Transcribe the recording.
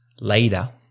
Later